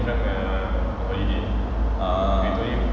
a'ah